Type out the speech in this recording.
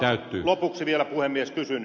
ja lopuksi vielä puhemies kysyn